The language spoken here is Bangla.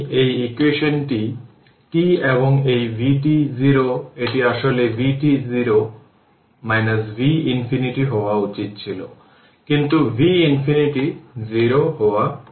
সুতরাং এটি সার্কিট 1 এখানে 1 d বা 1 ডিপেন্ডেন্ট ভোল্টেজ সোর্স যেখানে 3 i টার্মিনাল পোলারিটি চিহ্নিত করা হয়েছে